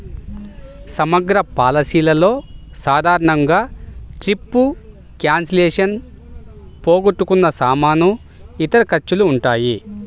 సమగ్ర పాలసీలలో సాధారణంగా ట్రిప్ క్యాన్సిలేషన్, పోగొట్టుకున్న సామాను, ఇతర ఖర్చులు ఉంటాయి